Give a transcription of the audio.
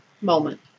moment